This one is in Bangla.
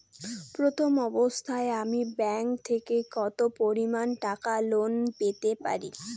প্রথম অবস্থায় আমি ব্যাংক থেকে কত পরিমান টাকা লোন পেতে পারি?